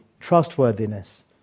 trustworthiness